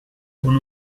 con